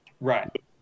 right